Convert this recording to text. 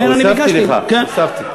לכן אני ביקשתי, הוספתי לך, הוספתי.